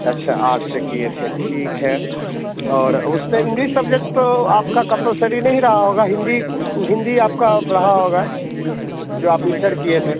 अच्छा आर्ट्स से किए थे ठीक है और उसमें इंग्लिश सब्जेक्ट तो आपका कम्पलसरी नहीं रहा होगा हिंदी हिंदी आपका रहा होगा जो आप इंटर किए थे